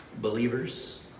believers